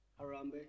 Harambe